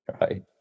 Right